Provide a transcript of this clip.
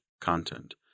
content